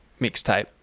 mixtape